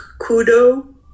Kudo